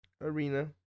arena